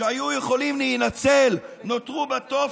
שהיו יכולים להינצל נותרו בתופת.